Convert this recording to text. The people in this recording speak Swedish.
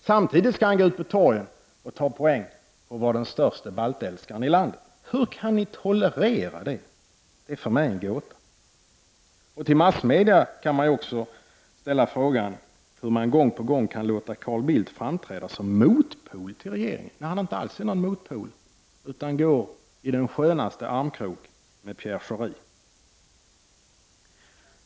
Samtidigt skall han gå ut på torgen och ta poäng på att vara den störste baltälskaren i landet. Hur kan ni tolerera det? Det är för mig en gåta. Man kan också fråga hur massmedia gång på gång kan låta Carl Bildt framträda som motpol till regeringen, när han inte alls är någon motpol utan går i den skönaste armkrok med Pierre Schori.